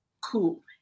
cool